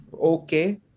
okay